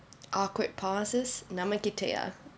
awkward pauses நம்ம கிட்டையா:namma kitaiyaa